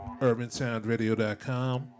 urbansoundradio.com